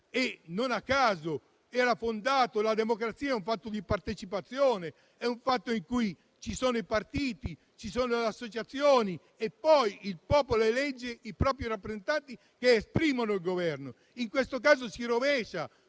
non a caso era fondato. La democrazia è un fatto di partecipazione: ci sono i partiti, ci sono delle associazioni e poi il popolo elegge i propri rappresentanti che esprimono il Governo. In questo caso si rovescia